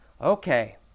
Okay